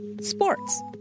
sports